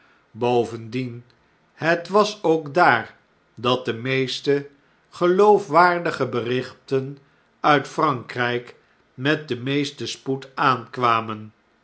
bovendien het was ook daar dat de meest geloofwaardige berichten uit f r a n k r ij k met den meesten spoed aankwamen